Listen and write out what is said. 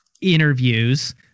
interviews